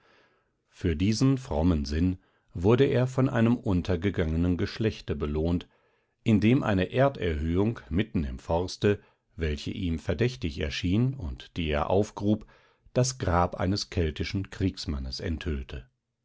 für diesen frommen sinn wurde er von einem untergegangenen geschlechte belohnt indem eine erderhöhung mitten im forste welche ihm verdächtig erschien und die er aufgrub das grab eines keltischen kriegsmannes enthüllte